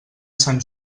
sant